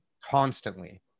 constantly